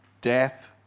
death